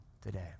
today